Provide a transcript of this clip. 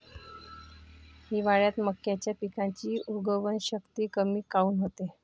हिवाळ्यात मक्याच्या पिकाची उगवन शक्ती कमी काऊन होते?